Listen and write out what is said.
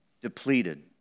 depleted